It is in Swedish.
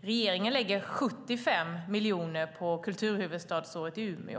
Regeringen lägger 75 miljoner på kulturhuvudstadsåret i Umeå.